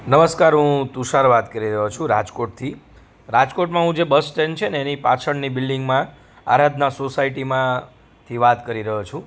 નમસ્કાર હું તુષાર વાત કરી રહ્યો છું રાજકોટથી રાજકોટમાં હું જે બસ સ્ટેન્ડ છેને એની પાછળની બિલ્ડિંગમાં આરાધના સોસાયટીમાંથી વાત કરી રહ્યો છું